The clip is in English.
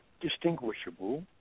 distinguishable